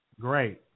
Great